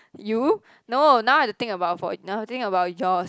you no now I have to think about for now I have to think about yours